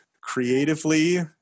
creatively